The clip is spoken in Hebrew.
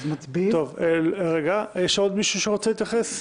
יש עוד מישהו שרוצה להתייחס?